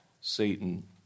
Satan